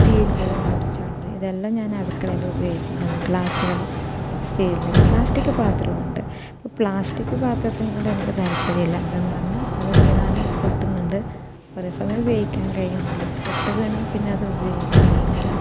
സ്റ്റീലിൻ്റെതും കുറച്ചുണ്ട് ഇതെല്ലാം ഞാൻ അടുക്കളയിൽ ഉപയോഗിക്കുന്നതാണ് ഗ്ലാസുകൾ സ്റ്റീലിൻ്റെ പ്ലാസ്റ്റിക് പാത്രവും ഉണ്ട് പ്ലാസ്റ്റിക് പാത്രത്തിനോട് എനിക്ക് താല്പര്യമില്ല എന്തെന്ന് പറഞ്ഞാൽ അത് വീണാലും പൊട്ടുന്നുണ്ട് കുറേ സമയം ഉപയോഗിക്കാൻ കഴിയുന്നില്ല പൊട്ട് വീണാൽ പിന്നെ അത് ഉപയോഗിക്കാൻ കഴിയുന്നില്ല